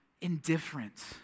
indifferent